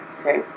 okay